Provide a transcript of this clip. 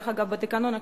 בתקנון הכנסת,